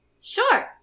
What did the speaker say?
Sure